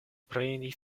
preni